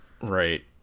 right